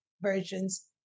versions